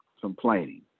complaining